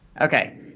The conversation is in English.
okay